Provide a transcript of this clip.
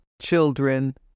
children